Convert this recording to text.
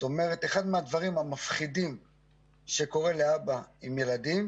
אחד מהדברים המפחידים שקורים לאבא עם ילדים,